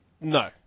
No